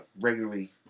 regularly